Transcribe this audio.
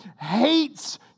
hates